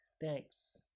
thanks